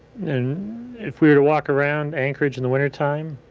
if we were to walk around anchorage in the wintertime,